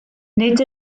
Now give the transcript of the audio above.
nid